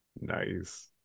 nice